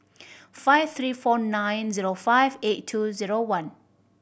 five three four nine zero five eight two zero one